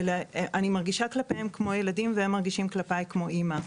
אני מרגישה כלפיהם כמו ילדים והם מרגישים כלפי כמו אימא.